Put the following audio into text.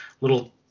little